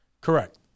Correct